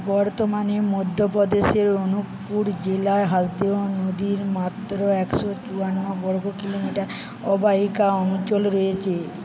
বর্তমানে মধ্যপ্রদেশের অনুপপুর জেলায় হাসদেও নদীর মাত্র একশো চুয়ান্ন বর্গ কিলোমিটার অববাহিকা অঞ্চল রয়েছে